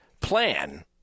plan